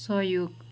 सहयोग